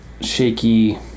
shaky